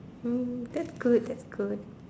mm that's good that's good